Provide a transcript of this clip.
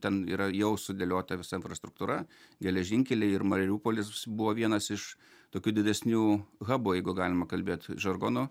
ten yra jau sudėliota visa infrastruktūra geležinkeliai ir mariupolis buvo vienas iš tokių didesnių habų jeigu galima kalbėt žargonu